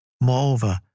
Moreover